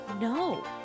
No